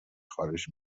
خارج